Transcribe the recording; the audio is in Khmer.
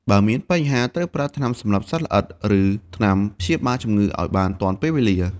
បើមានបញ្ហា ត្រូវប្រើថ្នាំសម្លាប់សត្វល្អិត ឬថ្នាំព្យាបាលជំងឺឲ្យបានទាន់ពេលវេលា។